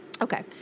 okay